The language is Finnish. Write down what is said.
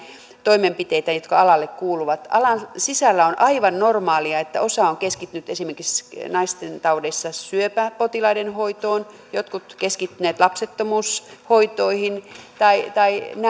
toimenpiteitä jotka alalle kuuluvat alan sisällä on aivan normaalia että osa on esimerkiksi naistentaudeissa keskittynyt syöpäpotilaiden hoitoon jotkut ovat keskittyneet lapsettomuushoitoihin tai tai näin